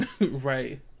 right